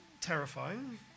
terrifying